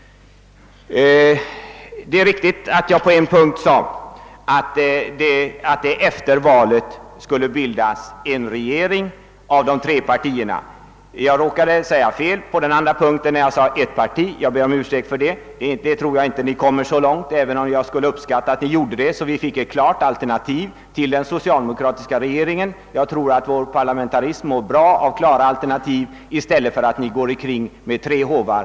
Det är riktigt att jag på en punkt sade att det efter valet skulle bildas en regering av de tre partierna. Jag råkade säga fel på den andra punkten när jag sade ett parti — jag ber om ursäkt för det. Jag tror inte ni kommer så långt, även om jag skulle uppskatta att ni gjorde det, så att vi fick ett klart alternativ till den socialdemokratiska regeringen. Jag tror att vår parlamentarism mår bra av klara alternativ i stället för att ni som nu kan gå omkring med tre håvar.